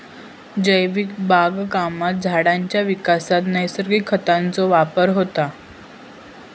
जैविक बागकामात झाडांच्या विकासात नैसर्गिक खतांचो वापर होता